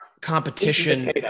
competition